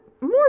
more